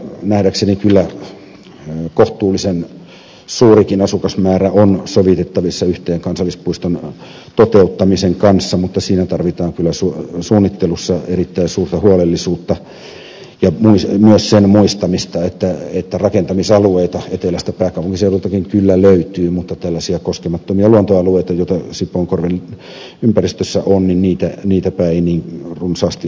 nähdäkseni kyllä kohtuullisen suurikin asukasmäärä on sovitettavissa yhteen kansallispuiston toteuttamisen kanssa mutta suunnittelussa tarvitaan kyllä erittäin suurta huolellisuutta ja myös sen muistamista että rakentamisalueita etelästä pääkaupunkiseudultakin kyllä löytyy mutta tällaisia koskemattomia luontoalueitapa joita sipoonkorven ympäristössä on ei niin runsaasti olekaan